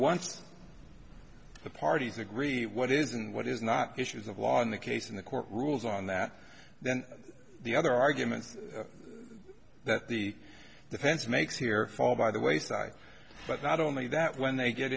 once the parties agree what is and what is not issues of law in the case in the court rules on that then the other arguments that the defense makes here fall by the wayside but that only that when they get